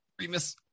Remus